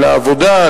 לעבודה,